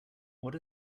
what